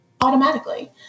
automatically